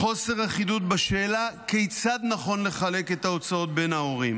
חוסר אחידות בשאלה כיצד נכון לחלק את ההוצאות בין ההורים.